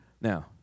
Now